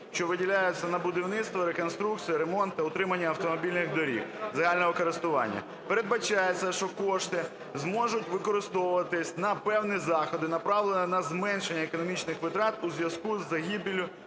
що виділяються на будівництво, реконструкцію, ремонт та утримання автомобільних доріг загального користування. Передбачається, що кошти зможуть використовуватись на певні заходи, направлені на зменшення економічних витрат у зв'язку із загибеллю